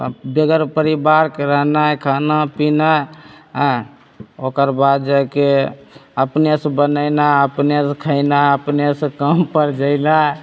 आब बेगर परिबारके रहनाइ खाना पीनाए आयँ ओकर बाद जाइके अपने से बनेनाइ अपने से खैनाइ अपने से काम पर जैनाइ